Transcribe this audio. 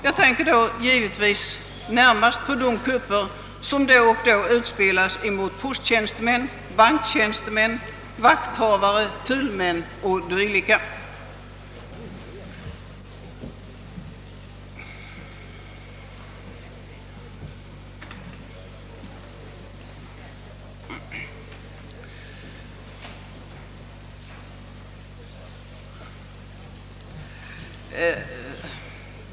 Jag tänker då närmast på de kupper som då och då utspelas mot posttjänstemän, banktjänstemän, vakthavare, tullmän och dylika.